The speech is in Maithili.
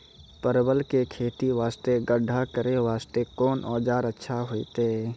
परवल के खेती वास्ते गड्ढा करे वास्ते कोंन औजार अच्छा होइतै?